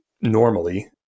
normally